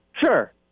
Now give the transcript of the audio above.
Sure